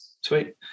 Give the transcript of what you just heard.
Sweet